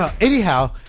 Anyhow